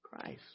Christ